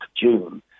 June